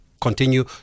continue